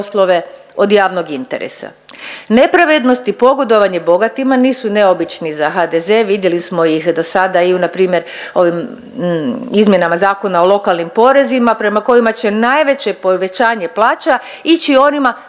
od javnog interesa. Nepravednost i pogodovanje bogatima nisu neobični za HDZ, vidjeli smo ih do sada i u npr. ovim izmjenama Zakona o lokalnim porezima prema kojima će najveće povećanje plaća ići onima